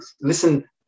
listen